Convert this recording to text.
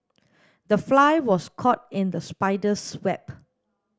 the fly was caught in the spider's web